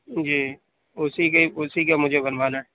جی اُسی کی اُسی کے مجھے بنوانا ہے